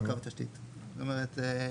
זאת אומרת,